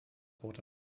rote